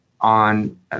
on